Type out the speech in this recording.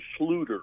Schluter